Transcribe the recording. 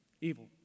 Evil